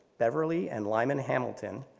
beverly and lyman hamilton,